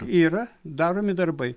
yra daromi darbai